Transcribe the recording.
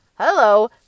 hello